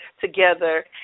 together